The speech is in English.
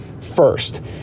first